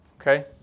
okay